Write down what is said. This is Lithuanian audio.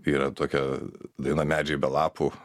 yra tokia daina medžiai be lapų